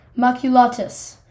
maculatus